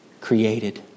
created